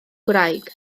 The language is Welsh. frawd